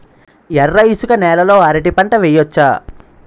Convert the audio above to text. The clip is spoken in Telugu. ఎర్ర ఇసుక నేల లో అరటి పంట వెయ్యచ్చా?